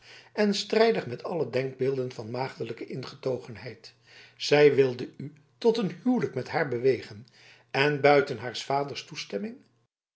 en strijdig met alle denkbeelden van maagdelijke ingetogenheid zij wilde u tot een huwelijk met haar bewegen en buiten haars vaders toestemming